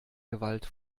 gewalt